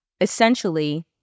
essentially